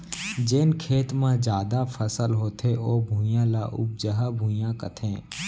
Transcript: जेन खेत म जादा फसल होथे ओ भुइयां, ल उपजहा भुइयां कथें